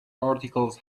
articles